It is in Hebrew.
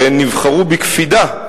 והן נבחרו בקפידה,